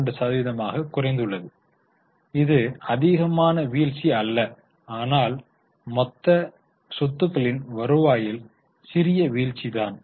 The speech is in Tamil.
42 சதவீதமாக குறைந்துள்ளது இது அதிகமான வீழ்ச்சி அல்ல ஆனால் மொத்த சொத்துக்களின் வருவாயில் சிறிய வீழ்ச்சி தான்